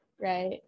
right